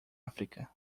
áfrica